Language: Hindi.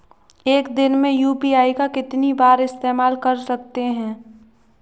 एक दिन में यू.पी.आई का कितनी बार इस्तेमाल कर सकते हैं?